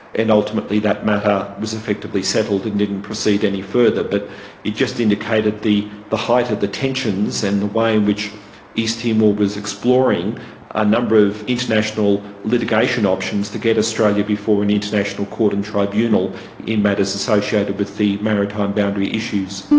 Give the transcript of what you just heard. and ultimately that matter was effectively settled and didn't proceed any further. but it just indicated the the height of the tensions and the way in which east timor was exploring a number of international litigation options to get australia before an international court and tribunal in matters associated with the maritime boundary issues.